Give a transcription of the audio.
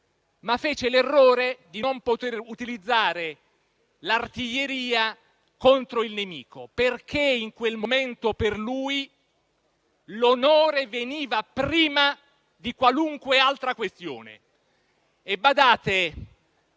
però l'errore di non poter utilizzare l'artiglieria contro il nemico, perché in quel momento per lui l'onore veniva prima di qualunque altra questione.